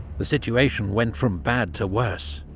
the situation went from bad to worse.